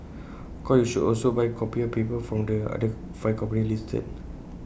of course you should also buy copier paper from the other five companies listed